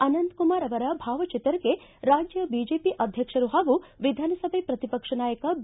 ಅನಂತಕುಮಾರ್ ಅವರ ಭಾವಚಿತ್ರಕ್ಕೆ ರಾಜ್ಯ ಬಿಜೆಪಿ ಅಧ್ಯಕ್ಷರು ಹಾಗೂ ವಿಧಾನಸಭೆ ಪ್ರತಿಪಕ್ಷ ನಾಯಕ ಬಿ